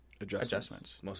adjustments